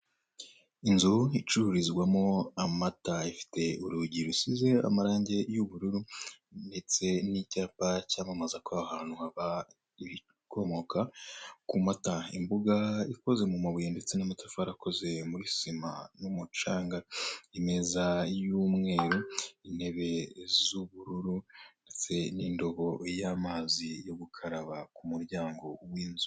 Inzu icururizwa amata ifite urugi rusize amarange y'ubururu ndetse n'icyapa cyamamaza ko aho hantu haba ibikomoka kumata, imbuga ikoze mumabuye ndetse n'amatafari akoze muri sima n'umucanga, imeza y'umweru intebe z'ubururu ndetse n'indobo y'amazi yo gukaraba k'umuryango winzu.